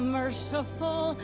merciful